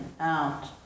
out